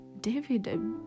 David